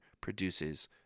produces